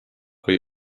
kui